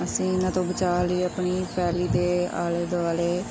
ਅਸੀਂ ਇਹਨਾਂ ਤੋਂ ਬਚਾਅ ਲਈ ਆਪਣੀ ਪੈਲੀ ਦੇ ਆਲੇ ਦੁਆਲੇ